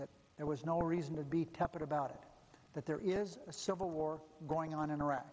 that there was no reason to be tepid about it that there is a civil war going on in iraq